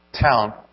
town